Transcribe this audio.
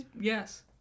Yes